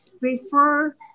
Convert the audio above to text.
refer